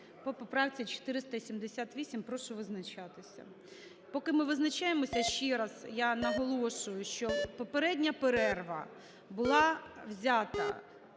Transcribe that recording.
поправці 478 прошу визначатися. Поки ми визначаємося, ще раз я наголошую, що попередня перерва була взята